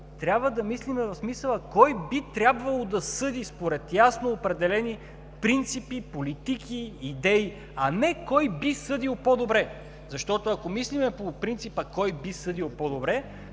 трябва да мислим в смисъла: кой би трябвало да съди според ясно определени принципи, политики, идеи, а не кой би съдил по-добре. Защото, ако мислим по принципа: кой би съдил по-добре,